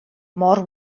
mor